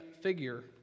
figure